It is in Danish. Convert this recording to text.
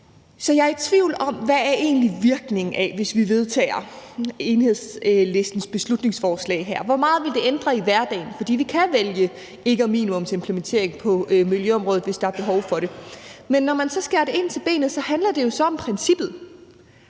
Så jeg er i tvivl om, hvad virkningen egentlig vil være, hvis vi vedtager Enhedslistens beslutningsforslag her. Hvor meget vil det ændre i hverdagen? For vi kan vælge ikke at minimumsimplementere på miljøområdet, hvis der er behov for det. Men når man så skærer det ind til benet, handler det jo om princippet.